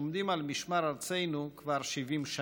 שעומדים על משמר ארצנו כבר 70 שנים.